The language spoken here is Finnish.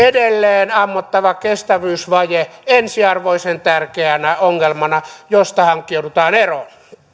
edelleen ammottava kestävyysvaje ensiarvoisen tärkeänä ongelmana josta hankkiudutaan eroon